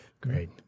Great